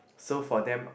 so for them